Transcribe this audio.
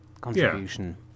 contribution